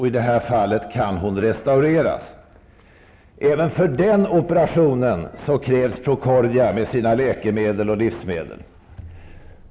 I det här fallet kan hon restaureras. Även för den operationen krävs Procordia med sina läkemedel och livsmedel.